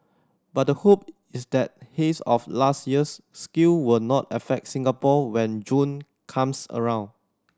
but the hope is that haze of last year's scale will not affect Singapore when June comes around